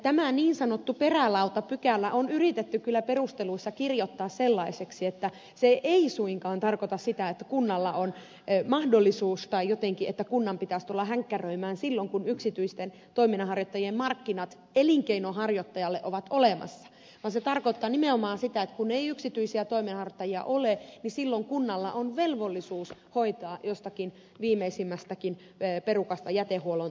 tämä niin sanottu perälautapykälä on yritetty kyllä perusteluissa kirjoittaa sellaiseksi että se ei suinkaan tarkoita sitä että kunnalla on mahdollisuus tai että kunnan jotenkin pitäisi tulla hänkkäröimään silloin kun yksityisten toiminnanharjoittajien markkinat elinkeinonharjoittajalle ovat olemassa vaan se tarkoittaa nimenomaan sitä että kun ei yksityisiä toiminnanharjoittajia ole silloin kunnalla on velvollisuus hoitaa jostakin viimeisimmästäkin perukasta jätehuollon toimivuus